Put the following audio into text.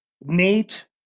Nate